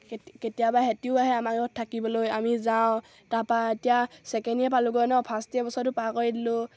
কেতিয়াবা সিহঁতেও আহে আমাৰ ঘৰত থাকিবলৈ আমি যাওঁ তাৰপৰা এতিয়া ছেকেণ্ড ইয়েৰ পালোঁগৈ নহ্ ফাৰ্ষ্ট ইয়েৰ বছৰটো পাৰ কৰি দিলোঁ